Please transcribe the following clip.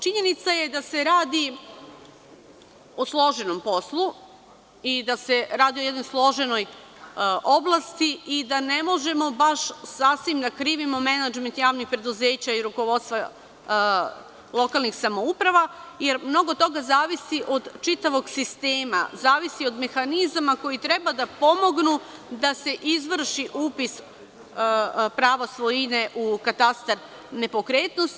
Činjenica je da se radi o složenom poslu i da se radi o jednoj složenoj oblasti i da ne možemo baš sasvim da krivimo menadžment javnih preduzeća i rukovodstva lokalnih samouprava, jer mnogo toga zavisi od čitavog sistema, zavisi od mehanizama koji treba da pomognu da se izvrši upis prava svojine u katastar nepokretnosti.